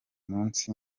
munsi